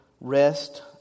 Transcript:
rest